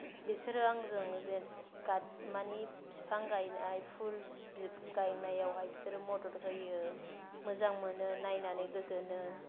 बेसोरो आंजों माने फिफां गायनाय फुल बिबार गायनायावहाय बिसोरो मदद होयो मोजां मोनो नायनानै गोजोनो